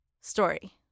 story